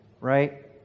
Right